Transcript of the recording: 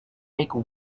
make